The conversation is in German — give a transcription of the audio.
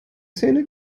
szene